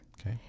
Okay